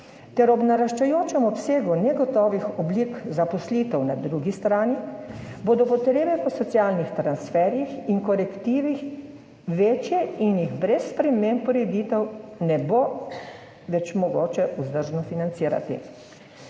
ter ob naraščajočem obsegu negotovih oblik zaposlitev na drugi strani, bodo potrebe po socialnih transferjih in korektivih večje in jih brez sprememb ureditev ne bo več mogoče vzdržno financirati.